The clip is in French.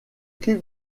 clip